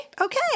Okay